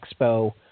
Expo